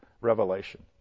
Revelation